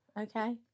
okay